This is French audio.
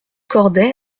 corday